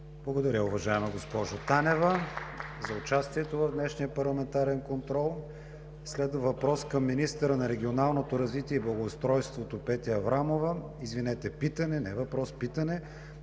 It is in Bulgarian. Благодаря, уважаема госпожо Танева, за участието в днешния парламентарен контрол. Следва питане към министъра на регионалното развитие и благоустройството Петя Аврамова от народните представители